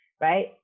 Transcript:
right